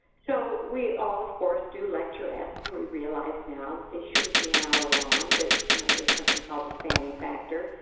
so we all of course do lecturettes and we realize now that they shouldn't be an hour long, that, you know, there's something called the fanny factor